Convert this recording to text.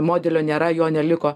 modelio nėra jo neliko